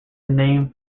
name